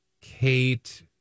kate